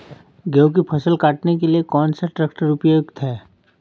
गेहूँ की फसल काटने के लिए कौन सा ट्रैक्टर उपयुक्त है?